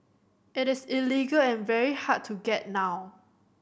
it is illegal and very hard to get now